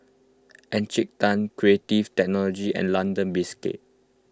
Encik Tan Creative Technology and London Biscuits